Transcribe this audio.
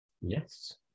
Yes